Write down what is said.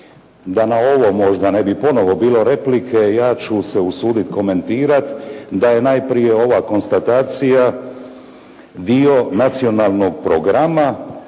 Da na ovo ne bi možda ponovo bilo replike, ja ću se usuditi komentirati da je najprije ova konstatacija dio nacionalnog programa